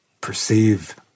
perceive